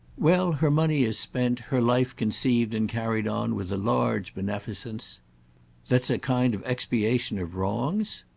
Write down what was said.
well, her money is spent, her life conceived and carried on with a large beneficence that's a kind of expiation of wrongs?